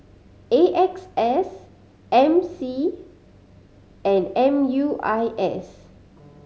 A X S M C and M U I S